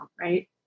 right